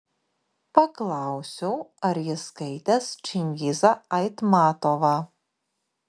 paklausiau ar jis skaitęs čingizą aitmatovą